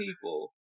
people